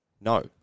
No